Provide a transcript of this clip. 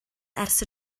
ers